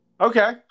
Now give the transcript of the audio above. Okay